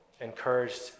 encouraged